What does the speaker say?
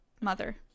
mother